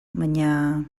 baina